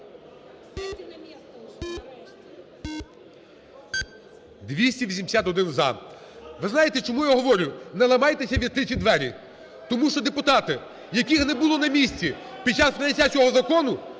За-281 Ви знаєте, чому я говорю "не ламайтеся у відкриті двері"? Тому що депутати, яких не було на місці під час прийняття цього закону,